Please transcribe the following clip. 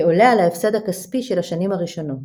כעולה על ההפסד הכספי של השנים הראשונות,